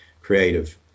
creative